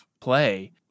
play